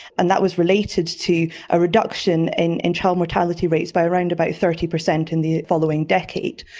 and that was related to a reduction in and child mortality rates by around about thirty percent in the following decade.